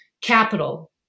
capital